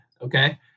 okay